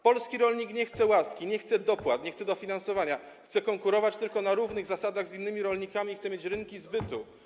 Polski rolnik nie chce łaski, nie chce dopłat, nie chce dofinansowania, chce konkurować tylko na równych zasadach z innymi rolnikami, chce mieć rynki zbytu.